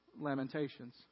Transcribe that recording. Lamentations